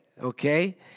okay